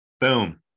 Boom